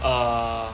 err